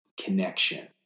Connection